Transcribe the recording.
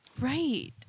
Right